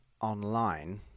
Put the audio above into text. online